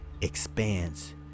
expands